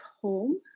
home